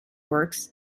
works